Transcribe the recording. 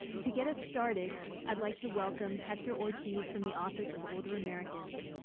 to get us started, i'd like to welcome hector ortiz from the office of older americans.